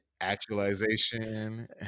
actualization